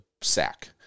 sack